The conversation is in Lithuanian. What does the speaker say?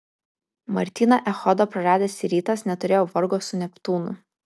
martyną echodą praradęs rytas neturėjo vargo su neptūnu